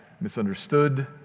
misunderstood